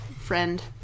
friend